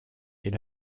est